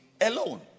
alone